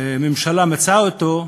הממשלה מציעה אותו,